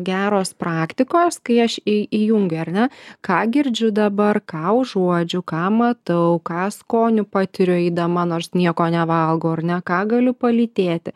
geros praktikos kai aš į įjungiu ar ne ką girdžiu dabar ką užuodžiu ką matau ką skoniu patiriu eidama nors nieko nevalgau ar ne ką galiu palytėti